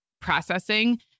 processing